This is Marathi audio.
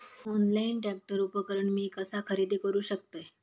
ऑनलाईन ट्रॅक्टर उपकरण मी कसा खरेदी करू शकतय?